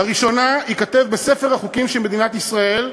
לראשונה ייכתב בספר החוקים של מדינת ישראל,